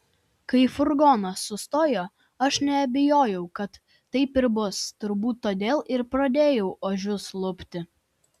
kai furgonas sustojo aš neabejojau kad taip ir bus turbūt todėl ir pradėjau ožius lupti